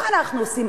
מה אנחנו עושים?